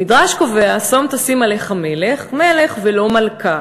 והמדרש קובע "שום תשים עליך מלך, מלך, ולא מלכה",